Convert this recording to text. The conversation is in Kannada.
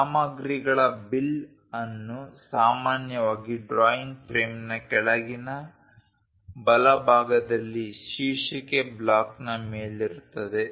ಸಾಮಗ್ರಿಗಳ ಬಿಲ್ ಅನ್ನು ಸಾಮಾನ್ಯವಾಗಿ ಡ್ರಾಯಿಂಗ್ ಫ್ರೇಮ್ನ ಕೆಳಗಿನ ಬಲಭಾಗದಲ್ಲಿ ಶೀರ್ಷಿಕೆ ಬ್ಲಾಕ್ನ ಮೇಲಿರುತ್ತದೆ